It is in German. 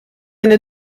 eine